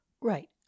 Right